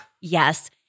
Yes